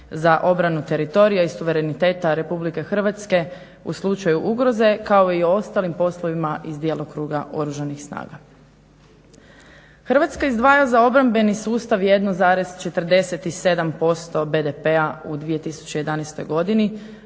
za obranu teritorija i suvereniteta RH u slučaju ugroze kao i o ostalim poslovima iz djelokruga Oružanih snaga. Hrvatska izdvaja za obrambeni sustav 1,47% BDP-a u 2011. godini